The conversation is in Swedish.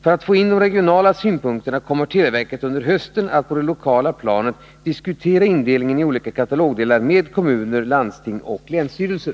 För att få in de regionala synpunkterna kommer televerket under hösten att på det lokala planet diskutera indelningen i olika katalogdelar med kommuner, landsting och länsstyrelser.